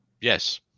yes